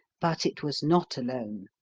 but it was not alone.